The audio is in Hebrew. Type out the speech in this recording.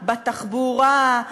בתחבורה,